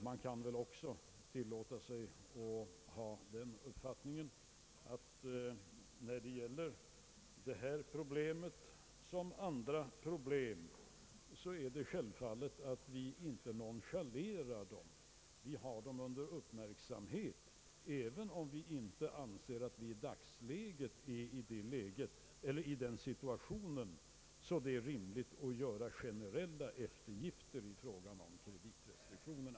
Jag kan väl också tillåta mig att ha den uppfattningen att vi inte nonchalerar detta och andra problem, Vi har dem under uppmärksamhet, även om vi inte i dagsläget anser det rimligt att göra generella eftergifter i fråga om kreditrestriktionerna.